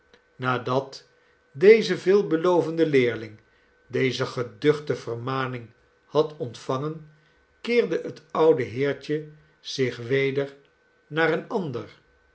nadat deze veelbelovende leerling deze geduchte vermaning had ontvangen keerde het oude heertje zich weder naar een ander